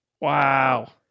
Wow